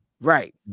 Right